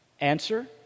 Answer